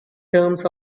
terms